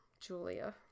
Julia